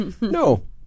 No